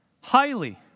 highly